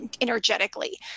energetically